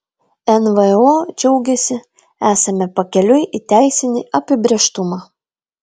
nvo džiaugiasi esame pakeliui į teisinį apibrėžtumą